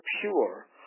pure